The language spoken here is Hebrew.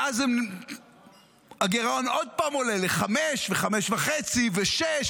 ואז הגירעון עוד פעם עולה ל-5% ו-5.5% ו-6%,